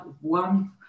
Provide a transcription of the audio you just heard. one